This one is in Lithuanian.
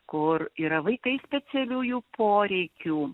kur yra vaikai specialiųjų poreikių